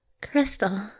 Crystal